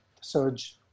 surge